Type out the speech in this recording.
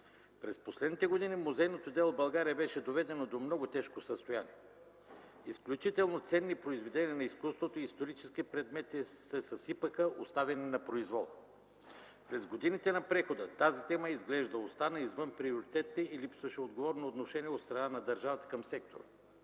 През последните години музейното дело в България беше доведено до много тежко състояние. Изключително ценни произведения на изкуството, исторически предмети се съсипаха, оставени на произвола. През годините на прехода тази тема изглежда остана извън приоритетите и липсваше отговорно отношение от страна на държавата към сектора.